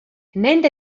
nende